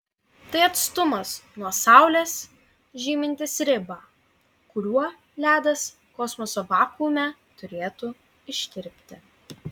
tai atstumas nuo saulės žymintis ribą kuriuo ledas kosmoso vakuume turėtų ištirpti